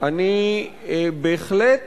אני בהחלט